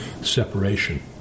separation